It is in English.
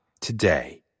today